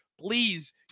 Please